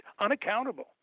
unaccountable